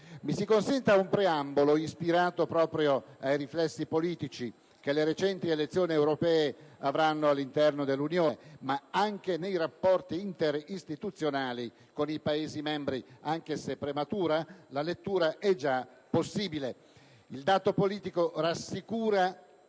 Mi si consenta un preambolo, ispirato proprio ai riflessi politici che le recenti elezioni europee avranno all'interno dell'Unione ed anche nei rapporti interistituzionali con i Paesi membri. Anche se prematura, la lettura dei dati è già possibile. Il dato politico - mi